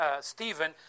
Stephen